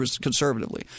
conservatively